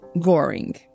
Goring